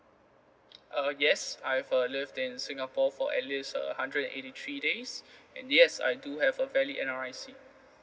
uh yes I've uh lived in singapore for at least uh hundred and eighty three days and yes I do have a valid N_R_I_C